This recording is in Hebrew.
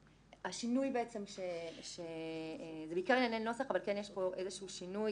זה בעיקר ענייני נוסח אבל יש פה גם שינוי